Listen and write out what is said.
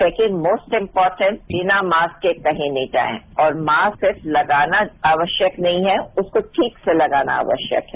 second most important बिना mask के कहीं नहीं जाए और मास्क सिर्फ लगाना आवश्यक नहीं है उसको ठीक से लगाना आवश्यक है